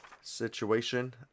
situation